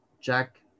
Jack